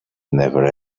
never